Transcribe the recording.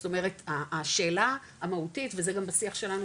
זאת אומרת השאלה המהותית וזה גם בשיח שלנו